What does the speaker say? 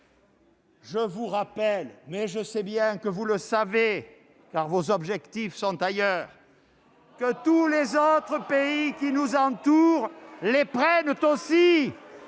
vous rappeler, mais je sais bien que vous le savez, car vos objectifs sont ailleurs, que tous les pays qui nous entourent prennent les